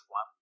one